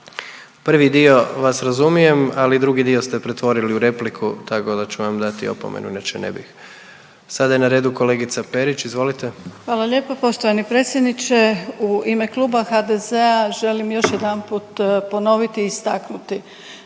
Prvi dio vas razumije, ali drugi dio ste pretvorili u repliku tako da ću vam dati opomenu, inače ne bih. Sada je na redu kolegica Perić, izvolite. **Perić, Grozdana (HDZ)** Hvala lijepo poštovani predsjedniče. U ime Kluba HDZ-a želim još jedanput ponoviti i istaknuti